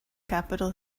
capital